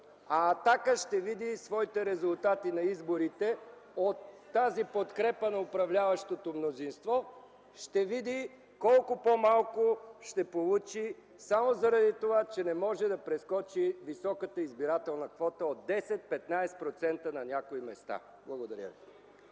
„Атака” ще види своите резултати на изборите от тази подкрепа на управляващото мнозинство – ще види колко по-малко ще получи само заради това, че не може да прескочи високата избирателна квота от 10-15% на някои места. Благодаря.